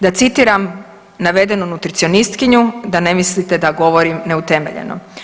Da citiram navedenu nutricionistkinju da ne mislite da govorim neutemeljeno.